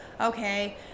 okay